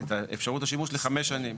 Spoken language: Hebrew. אפשרות השימוש לחמש שנים,